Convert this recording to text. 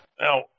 Now